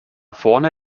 vorne